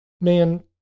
man